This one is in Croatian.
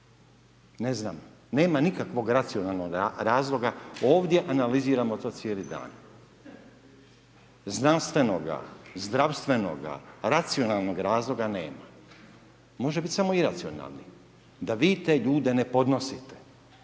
ne znam, nema nikakvoga racionalnoga razloga, ovdje analiziramo to cijeli dan. Znanstvenoga, zdravstvenoga, racionalnog razloga nema, može biti samo iracionalni, da vi te ljude ne podnosite,